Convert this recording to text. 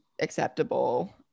acceptable